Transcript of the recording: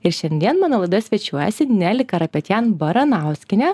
ir šiandien mano laidoje svečiuojasi neli karapetjan baranauskienė